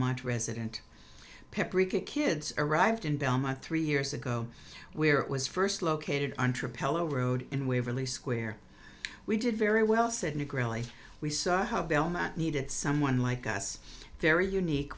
much resident kids arrived in belmont three years ago where it was first located entre pellow road in waverly square we did very well said nic really we saw how bell not needed someone like us very unique